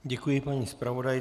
Děkuji paní zpravodajce.